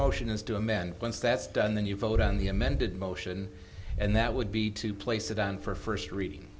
potion is do a man once that's done then you vote on the amended motion and that would be to place it on for first reading